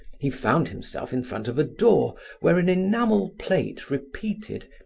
he found himself in front of a door where an enamel plate repeated,